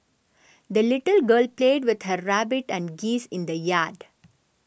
the little girl played with her rabbit and geese in the yard